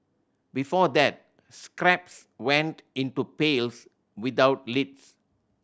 before that scraps went into pails without lids